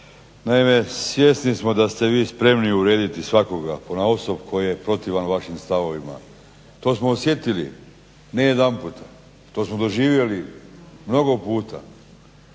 naime svjesni smo da ste vi spremni uvrijediti svakoga ponaosob koji je protivan vašim stavovima. To smo osjetili ne jedanputa, to smo doživjeli mnogo puta.